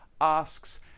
asks